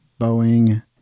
Boeing